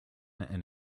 and